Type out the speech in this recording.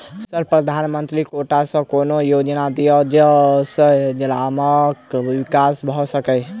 Sir प्रधानमंत्री quota सऽ कोनो योजना दिय जै सऽ ग्रामक विकास भऽ सकै?